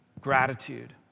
Gratitude